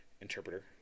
interpreter